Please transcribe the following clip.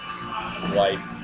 life